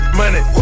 money